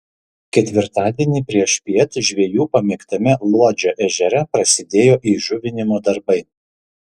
ketvirtadienį priešpiet žvejų pamėgtame luodžio ežere prasidėjo įžuvinimo darbai